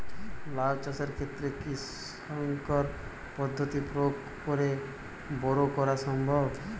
লাও চাষের ক্ষেত্রে কি সংকর পদ্ধতি প্রয়োগ করে বরো করা সম্ভব?